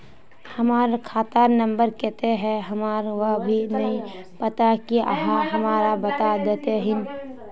हमर खाता नम्बर केते है हमरा वो भी नहीं पता की आहाँ हमरा बता देतहिन?